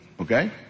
Okay